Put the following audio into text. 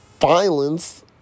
violence